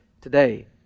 today